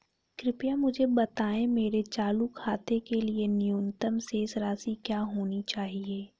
कृपया मुझे बताएं मेरे चालू खाते के लिए न्यूनतम शेष राशि क्या होनी चाहिए?